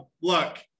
Look